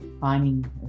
finding